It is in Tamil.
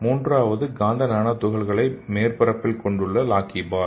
மூன்றாவது காந்த நானோ துகள்களை மேற்பரப்பில் கொண்டுள்ள லாக்கிபால்